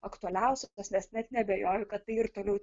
aktualiausios nes net neabejoju kad tai ir toliau